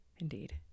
indeed